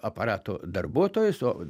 aparato darbuotojas o